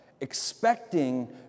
expecting